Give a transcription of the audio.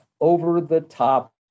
Over-The-Top